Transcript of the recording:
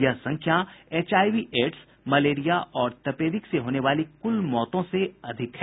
यह संख्या H I V AIDS malaria और तपेदिक सेहोने वाली कुल मौतों से ज्यादा है